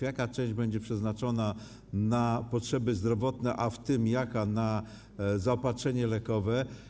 Jaka część będzie przeznaczona na potrzeby zdrowotne, w tym jaka na zaopatrzenie lekowe?